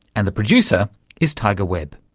and the producer is tiger webb.